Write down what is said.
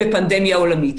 בפנדמיה עולמית.